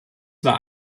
war